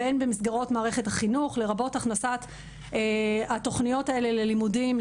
והן במסגרות מערכת החינוך לרבת הכנסת התוכניות האלה ללימודים,